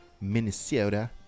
Minnesota